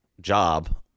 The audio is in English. job